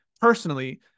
personally